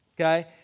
okay